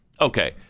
Okay